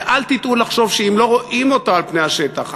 ואל תטעו לחשוב שאם לא רואים אותה על פני השטח,